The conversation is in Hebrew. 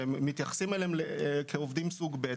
שמתייחסים אליהם כאל עובדים סוג ב'.